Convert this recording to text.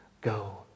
go